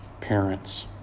parents